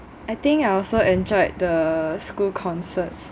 I think I also enjoyed the school concerts